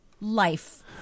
life